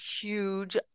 huge